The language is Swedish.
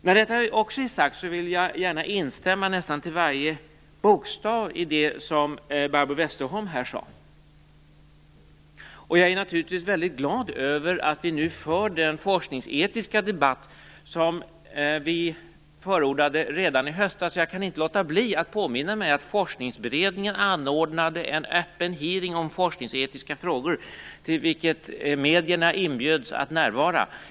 När också detta är sagt, vill jag gärna instämma i nästan varje bokstav i det som Barbro Westerholm här sade. Jag är naturligtvis väldigt glad över att vi nu för den forskningsetiska debatt som vi förordade redan i höstas. Jag kan inte låta bli att påminna mig att Forskningsberedningen anordnade en öppen hearing om forskningsetiska frågor vid vilken medierna inbjöds att närvara.